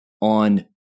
on